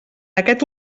aquest